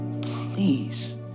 please